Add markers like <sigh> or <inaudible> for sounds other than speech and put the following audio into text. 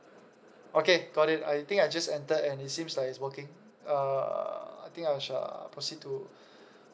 okay got it I think I just entered and it seems like it's working uh I think I shall proceed to <breath>